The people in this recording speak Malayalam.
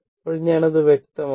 ഇപ്പോൾ ഞാൻ അത് വ്യക്തമാക്കാം